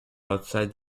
outside